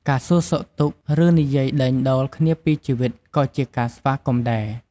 ការសួរសុខទុក្ខ ឬនិយាយដេញដោលគ្នាពីជីវិតក៏ជា ការស្វាគមន៍ដែរ។